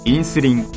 Insulin